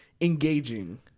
engaging